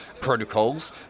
protocols